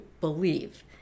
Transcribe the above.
believe